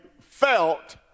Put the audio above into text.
felt